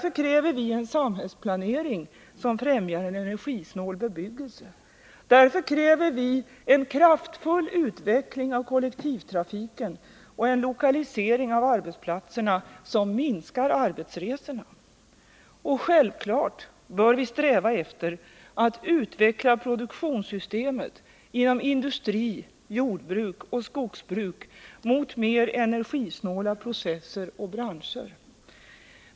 Vi kräver därför en samhällsplanering som främjar en energisnål bebyggelse. Vi kräver därför en kraftfull utveckling av kollektivtrafiken och en lokalisering av arbetsplatserna som minskar arbetsresorna. Självfallet bör vi sträva efter att utveckla produktionssystemet inom industri, jordbruk och skogsbruk mot mer energisnåla processer och branscher.